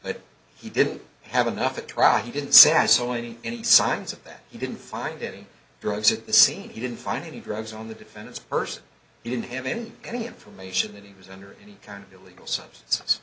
that he didn't have enough at trial he didn't say i saw any any signs of that he didn't find any drugs at the scene he didn't find any drugs on the defendant's person he didn't have in any information that he was under any kind of illegal substances